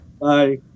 Bye